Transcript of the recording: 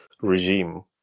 regime